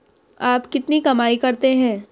आप कितनी कमाई करते हैं?